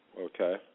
Okay